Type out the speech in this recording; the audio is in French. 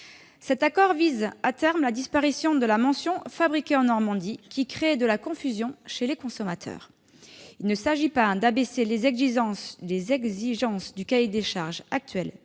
Cet accord vise, à terme, à la disparition de la mention « fabriqué en Normandie » qui créait de la confusion chez les consommateurs. Il ne s'agit pas d'abaisser les exigences du cahier des charges actuel.